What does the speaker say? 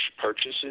purchases